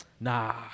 nah